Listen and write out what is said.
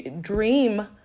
dream